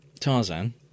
tarzan